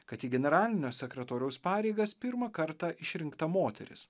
kad į generalinio sekretoriaus pareigas pirmą kartą išrinkta moteris